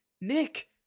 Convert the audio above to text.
Nick